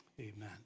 Amen